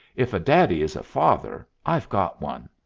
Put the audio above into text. if a daddy is a father, i've got one.